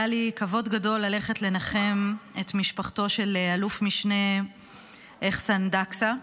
היה לי כבוד גדול ללכת לנחם את משפחתו של אלוף משנה אחסאן דקסה,